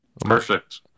Perfect